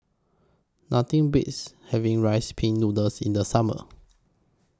Nothing Beats having Rice Pin Noodles in The Summer